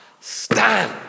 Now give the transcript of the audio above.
stand